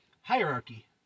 Hierarchy